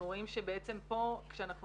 אנחנו רואים שפה כשאנחנו